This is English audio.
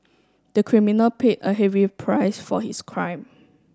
the criminal paid a heavy price for his crime